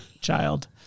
child